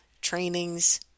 trainings